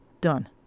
Done